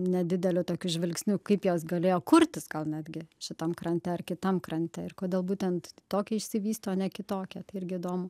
nedideliu tokiu žvilgsniu kaip jos galėjo kurtis gal netgi šitam krante ar kitam krante ir kodėl būtent tokia išsivystė o ne kitokia tai irgi įdomu